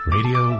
Radio